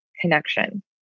connection